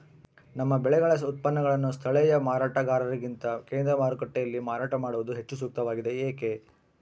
ನಮ್ಮ ಬೆಳೆಗಳ ಉತ್ಪನ್ನಗಳನ್ನು ಸ್ಥಳೇಯ ಮಾರಾಟಗಾರರಿಗಿಂತ ಕೇಂದ್ರ ಮಾರುಕಟ್ಟೆಯಲ್ಲಿ ಮಾರಾಟ ಮಾಡುವುದು ಹೆಚ್ಚು ಸೂಕ್ತವಾಗಿದೆ, ಏಕೆ?